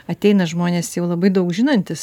ateina žmonės jau labai daug žinantys